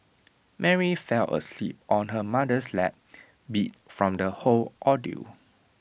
Mary fell asleep on her mother's lap beat from the whole ordeal